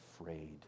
afraid